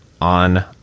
on